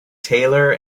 taylor